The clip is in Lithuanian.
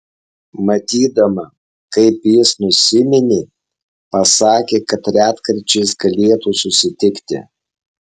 matydama kaip jis nusiminė pasakė kad retkarčiais galėtų susitikti